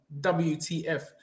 WTF